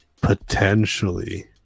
potentially